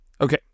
Okay